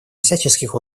всяческих